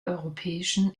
europäischen